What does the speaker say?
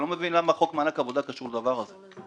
אני לא מבין למה חוק מענק עבודה קשור לדבר הזה.